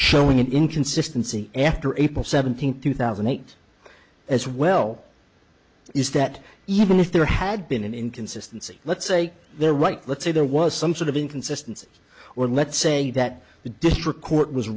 showing an inconsistency after april seventeenth two thousand and eight as well is that even if there had been an inconsistency let's say there right let's say there was some sort of inconsistency or let's say that the district court was